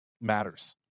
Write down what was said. matters